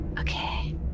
Okay